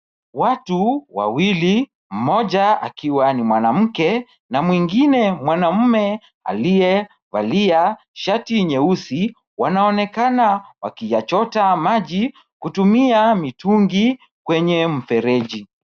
Watu wawili moja akiwa ni mwanamke, na mwingine mwanamume aliye valia shati nyeusi, wanaonekana wakiachota maji kutumia mitungi kwenye mfereji.